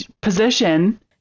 position